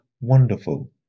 wonderful